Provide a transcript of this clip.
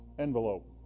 envelope